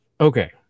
Okay